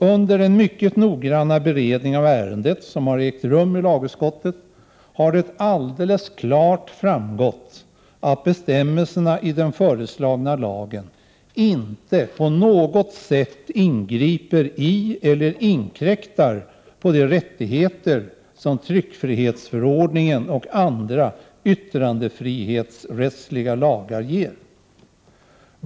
Under den mycket noggranna beredning av ärendet som har ägt rum i lagutskottet har det alldeles klart framgått att bestämmelserna i den föreslagna lagen inte på något sätt ingriper i eller inkräktar på de rättigheter som tryckfrihetsförordningen och andra yttrandefrihetsrättsliga lagar ger.